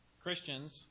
Christians